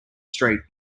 street